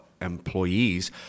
employees